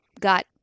got